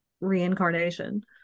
reincarnation